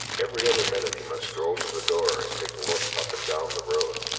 every other minute he must stroll to the door and take a look up and down the road.